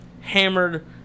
hammered